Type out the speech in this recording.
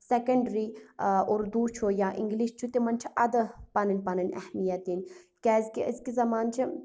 secondary ٲں اردو چھُ یا اِنٛگلِش چھُ تِمن چھِ اَدٕ پَنٕنۍ پَنٕنۍ اہمیت دِنۍ کیٛازکہِ أزکہِ زمانہٕ چھِ